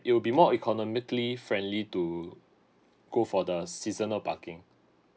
it will be more economically friendly to go for the seasonal parking